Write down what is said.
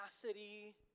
capacity